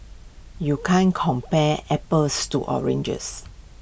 you can't compare apples to oranges